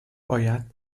باید